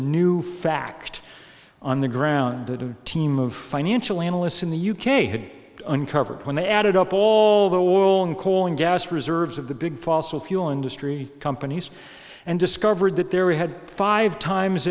new fact on the ground that a team of financial analysts in the u k had uncovered when they added up all their war on coal and gas reserves of the big fossil fuel industry companies and discovered that there we had five times